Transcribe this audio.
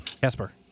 Casper